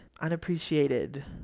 unappreciated